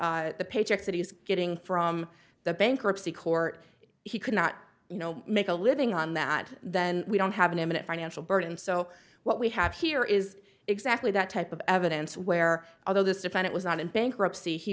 paychecks that he's getting from the bankruptcy court he could not you know make a living on that then we don't have an imminent financial burden so what we have here is exactly that type of evidence where although this defendant was not in bankruptcy he